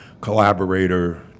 collaborator